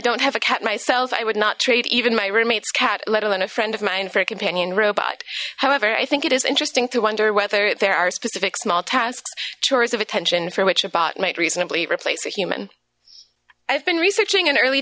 don't have a cat myself i would not trade even my roommates cat let alone a friend of mine for a companion robot however i think it is interesting to wonder whether there are specific small tasks chores of attention for which a bot might reasonably replace a human i've been researching an early